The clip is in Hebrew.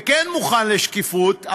וכן מוכן לשקיפות,